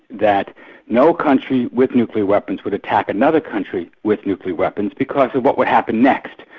that no country with nuclear weapons would attack another country with nuclear weapons because of what would happen next,